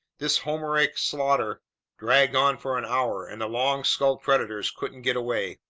this homeric slaughter dragged on for an hour, and the long-skulled predators couldn't get away.